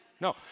No